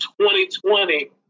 2020